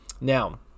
Now